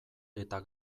eta